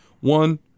One